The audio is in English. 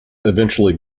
eventually